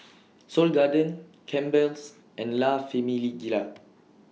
Seoul Garden Campbell's and La Famiglia